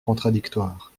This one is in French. contradictoire